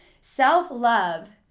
Self-love